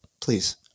Please